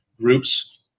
groups